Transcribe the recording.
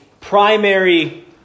primary